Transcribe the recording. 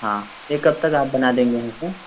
हाँ ये कब तक आप बना देंगे हमको